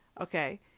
okay